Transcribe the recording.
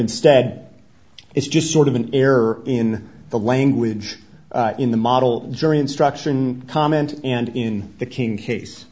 instead it's just sort of an error in the language in the model jury instruction comment and in the king case